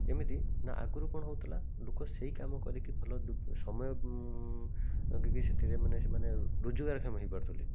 ଏମିତି ନା ଆଗରୁ କ'ଣ ହେଉଥିଲା ଲୋକ ସେହି କାମ କରିକି ଭଲ ସମୟ ମାଗିକି ସେଥିରେ ମାନେ ସେମାନେ ରୋଜଗାରକ୍ଷମ ହୋଇପାରୁଥିଲେ